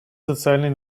социальной